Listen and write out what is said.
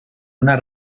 una